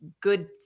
good